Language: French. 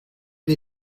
des